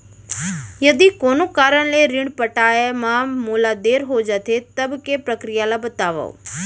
यदि कोनो कारन ले ऋण पटाय मा मोला देर हो जाथे, तब के प्रक्रिया ला बतावव